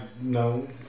No